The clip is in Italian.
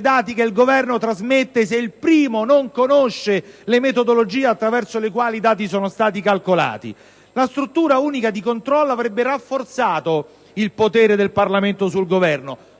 dati che il Governo trasmette, se il primo non conosce le metodologie attraverso le quali i dati sono stati calcolati? La struttura unica di controllo avrebbe rafforzato il potere del Parlamento sul Governo: